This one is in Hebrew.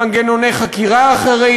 למנגנוני חקירה אחרים.